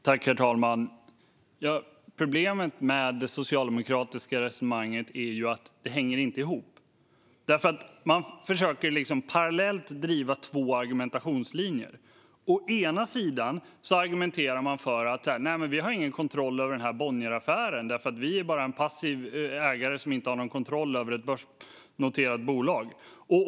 Herr talman! Problemet med det socialdemokratiska resonemanget är att det inte hänger ihop. Man försöker driva två argumentationslinjer parallellt. Å ena sidan argumenterar man för att vi inte har någon kontroll över den här Bonnieraffären, då vi bara är en passiv ägare som inte har någon kontroll över ett börsnoterat bolag.